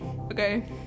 Okay